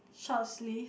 short sleeve